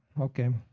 Okay